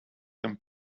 and